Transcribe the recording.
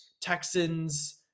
Texans